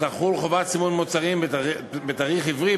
תחול חובת סימון מוצרים בתאריך עברי.